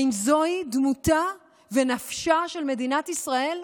האם זוהי דמותה ונפשה של מדינת ישראל?